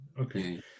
Okay